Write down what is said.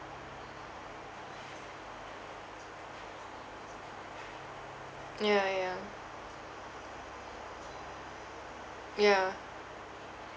ya ya ya